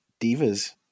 divas